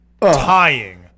tying